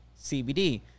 CBD